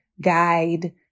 guide